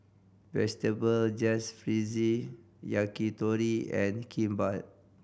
Vegetable Jalfrezi Yakitori and Kimbap